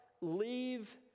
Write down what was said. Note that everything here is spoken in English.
leave